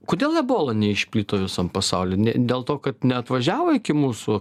kodėl ebola neišplito visam pasauly ne dėl to kad neatvažiavo iki mūsų